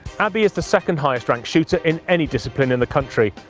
abbey is the second highest ranked shooter in any discipline in the country,